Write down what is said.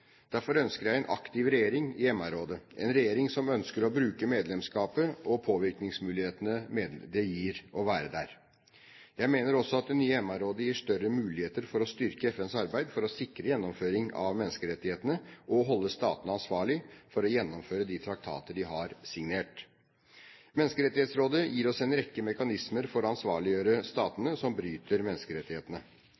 Derfor ønsker jeg en aktiv regjering i MR-rådet, en regjering som ønsker å bruke medlemskapet og påvirkningsmulighetene det gir å være der. Jeg mener også at det nye MR-rådet gir større muligheter for å styrke FNs arbeid for å sikre gjennomføringen av menneskerettighetene og holde statene ansvarlig for å gjennomføre de traktater de har signert. Menneskerettighetsrådet gir oss en rekke mekanismer for å ansvarliggjøre